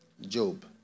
Job